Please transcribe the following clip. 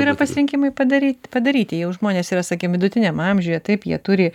yra pasirinkimai padary padaryti jau žmonės yra sakykim vidutiniam amžiuje taip jie turi